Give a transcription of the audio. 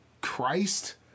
Christ